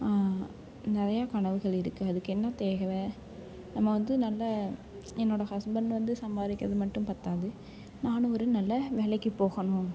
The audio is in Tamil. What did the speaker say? நிறையா கனவுகள் இருக்குது அதுக்கு என்ன தேவை நம்ம வந்து நல்ல என்னோடய ஹஸ்பண்ட் வந்து சம்பாதிக்கறது மட்டும் பற்றாது நானும் ஒரு நல்ல வேலைக்கு போகணும்